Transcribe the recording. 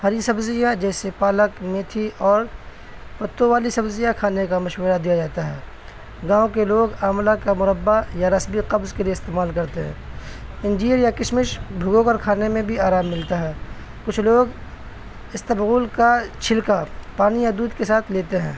ہری سبزیاں جیسے پالک میتھی اور پتوں والی سبزیاں کھانے کا مشورہ دیا جاتا ہے گاؤں کے لوگ آملہ کا مربہ یا رسبی قبض کے لیے استعمال کرتے ہیں انجیر یا کشمش بھگو کر کھانے میں بھی آرام ملتا ہے کچھ لوگ اسبغول کا چھلکا پانی یا دودھ کے ساتھ لیتے ہیں